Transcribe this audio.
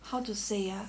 how to say ah